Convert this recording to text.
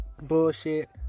bullshit